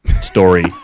story